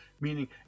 meaning